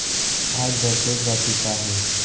आज बर शेष राशि का हे?